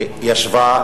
הבעיה.